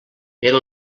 era